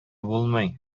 булмый